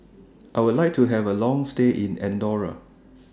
I Would like to Have A Long stay in Andorra